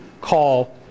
call